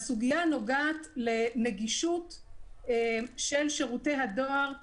והסוגיה נוגעת לנגישות של שירותי הדואר לתושבים,